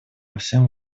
всем